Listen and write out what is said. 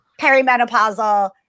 perimenopausal